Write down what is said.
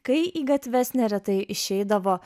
kai į gatves neretai išeidavo